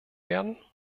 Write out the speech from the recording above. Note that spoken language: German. werden